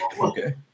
Okay